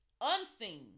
unseen